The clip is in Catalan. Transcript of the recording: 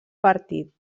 partit